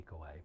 takeaway